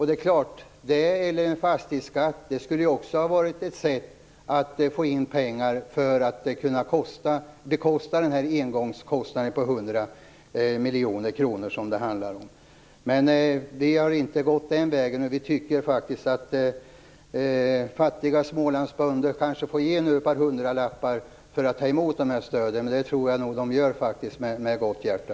En arealskatt eller en fastighetsskatt skulle också ha varit ett sätt att få in pengar för att betala den här engångskostnaden på 100 miljoner kronor som det handlar om. Men vi har inte gått den vägen. Fattiga Smålandsbönder kanske får ge ett par hundralappar för att ta emot de här stöden, men jag tror att de gör det med lätt hjärta.